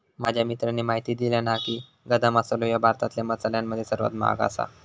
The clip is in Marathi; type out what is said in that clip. माझ्या मित्राने म्हायती दिल्यानं हा की, गदा मसालो ह्यो भारतातल्या मसाल्यांमध्ये सर्वात महाग आसा